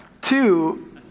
Two